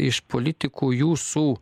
iš politikų jūsų